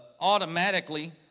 automatically